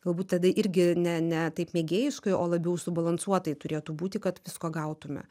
galbūt tada irgi ne ne taip mėgėjiškai o labiau subalansuotai turėtų būti kad visko gautume